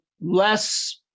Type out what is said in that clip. less